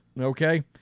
okay